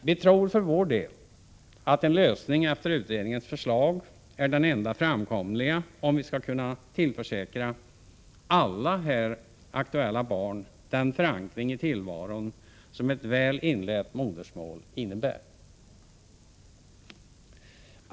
Vi tror för vår del att en lösning efter utredningens förslag är den enda framkomliga vägen, om vi skall kunna tillförsäkra alla här aktuella barn den förankring i tillvaron som ett väl inlärt modersmål innebär.